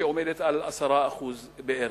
שעומדת על 10% בערך.